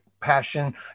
passion